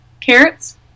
Carrots